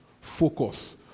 Focus